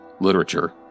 literature